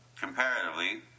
comparatively